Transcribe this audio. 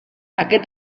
aquest